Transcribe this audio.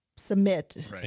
submit